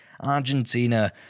Argentina